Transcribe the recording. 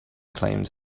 claims